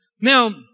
Now